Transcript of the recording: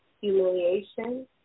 humiliation